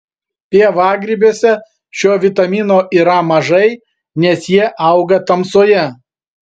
pievagrybiuose šio vitamino yra mažai nes jie auga tamsoje